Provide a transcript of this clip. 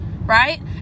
right